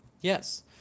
yes